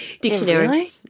Dictionary